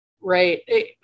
right